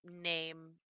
name